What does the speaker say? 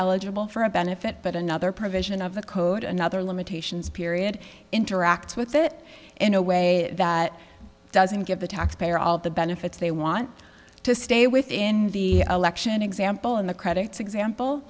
eligible for a benefit but another provision of the code another limitations period interact with it in a way that doesn't give the taxpayer all the benefits they want to stay within the election example in the credits example